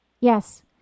Yes